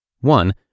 one